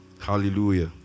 Hallelujah